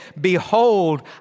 Behold